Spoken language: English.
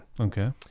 Okay